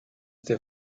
der